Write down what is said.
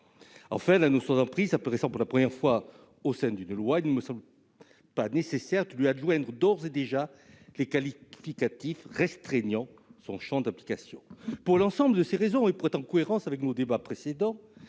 Enfin, la notion d'emprise apparaissant pour la première fois dans une loi, il ne semble pas nécessaire de lui adjoindre d'ores et déjà un qualificatif restreignant son champ d'application. Pour l'ensemble de ces raisons, et par cohérence avec nos précédents